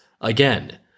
Again